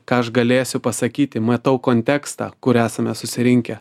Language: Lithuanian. ką aš galėsiu pasakyti matau kontekstą kur esame susirinkę